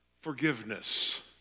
forgiveness